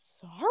sorry